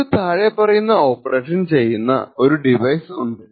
നമുക്ക് താഴെ പറയുന്ന ഓപ്പറേഷൻ ചെയുന്ന ഒരു ഡിവൈസ് ഉണ്ട്